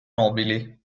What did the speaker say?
nobili